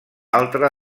altra